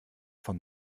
von